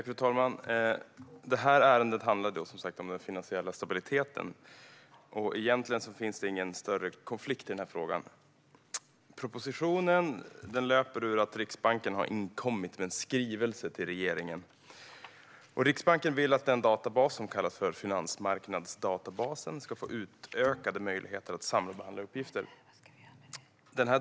Fru talman! Ärendet handlar som sagt om den finansiella stabiliteten. Egentligen finns ingen större konflikt i frågan. Propositionen har sin grund i att Riksbanken har inkommit med en skrivelse till regeringen. Riksbanken vill att den databas som kallas finansmarknadsdatabasen ska få utökade möjligheter att sambehandla uppgifter.